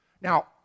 Now